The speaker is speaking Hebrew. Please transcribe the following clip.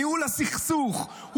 ניהול הסכסוך,